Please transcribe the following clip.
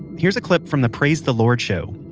here's a clip from the praise the lord show.